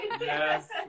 Yes